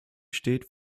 steht